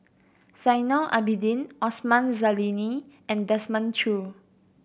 Zainal Abidin Osman Zailani and Desmond Choo